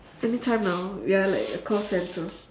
anytime now we are like a call centre